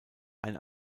ein